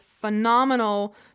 phenomenal